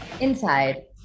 inside